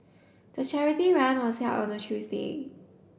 the charity run was held on a Tuesday